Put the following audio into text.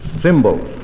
symbols